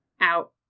out